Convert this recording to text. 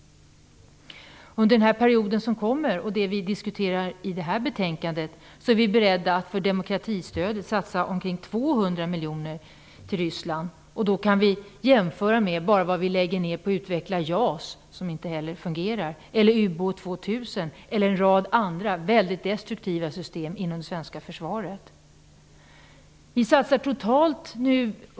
Under kommande period, som diskuteras i det här betänkandet, är vi beredda att för demokratistödets del satsa omkring 200 miljoner kronor på Ryssland. Det skall jämföras med vad vi lägger ned på att utveckla JAS, som inte fungerar, eller vad vi lägger ned på ubåt 2000 eller på en rad andra väldigt destruktiva system inom det svenska försvaret.